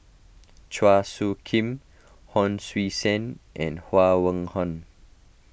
Chua Soo Khim Hon Sui Sen and Huang Wenhong